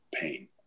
pain